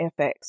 FX